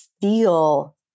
feel